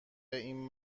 این